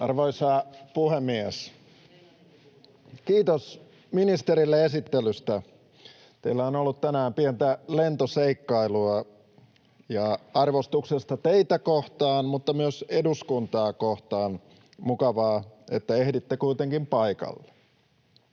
Arvoisa puhemies! Kiitos ministerille esittelystä. Teillä on ollut tänään pientä lentoseikkailua, ja arvostuksesta teitä kohtaan mutta myös eduskuntaa kohtaan: mukavaa, että ehditte kuitenkin paikalle.